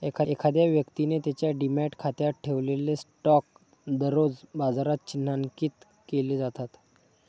एखाद्या व्यक्तीने त्याच्या डिमॅट खात्यात ठेवलेले स्टॉक दररोज बाजारात चिन्हांकित केले जातात